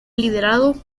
liderado